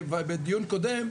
בדיון קודם,